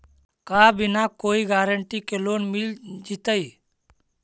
का बिना कोई गारंटी के लोन मिल जीईतै?